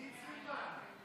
עידית סילמן,